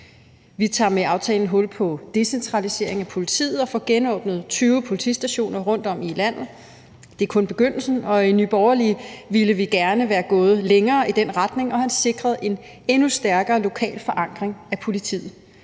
Vi tager med aftalen hul på en decentralisering af politiet og får genåbnet 20 politistationer rundtom i landet. Det er kun begyndelsen, og i Nye Borgerlige ville vi gerne være gået længere i den retning og have sikret en endnu stærkere lokal forankring af politiet.